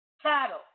Cattle